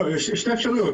יש שתי אפשרויות.